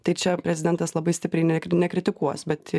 tai čia prezidentas labai stipriai ne nekritikuos bet